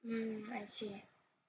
mm I see